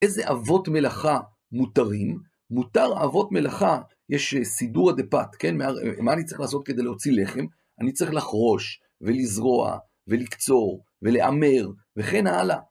איזה אבות מלאכה מותרים? מותר אבות מלאכה, יש סידורא דפת, כן, מה אני צריך לעשות כדי להוציא לחם? אני צריך לחרוש ולזרוע ולקצור ולעמר וכן הלאה.